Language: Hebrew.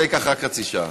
זה ייקח רק חצי שעה.